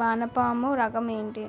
వానపము రకం ఏంటి?